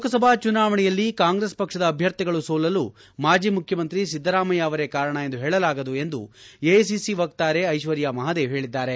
ಲೋಕಸಭಾ ಚುನಾವಣೆಯಲ್ಲಿ ಕಾಂಗ್ರೆಸ್ ಪಕ್ಷದ ಅಭ್ಯರ್ಥಿಗಳು ಸೋಲಲು ಮಾಜಿ ಮುಖ್ಯಮಂತ್ರಿ ಸಿದ್ದರಾಮಯ್ನ ಅವರೇ ಕಾರಣವೆಂದು ಹೇಳಲಾಗದು ಎಂದು ಎಐಸಿಸಿ ವಕ್ತಾರೆ ಐಶ್ವರ್ಯ ಮಹದೇವ್ ಹೇಳಿದ್ದಾರೆ